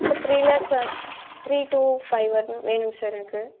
sir three lakh sir three to five வர்ணுங்க வேணும்ங்க sir எனக்கு